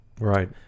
Right